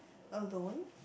alone